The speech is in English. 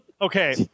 Okay